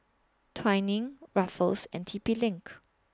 Twinings Ruffles and T P LINK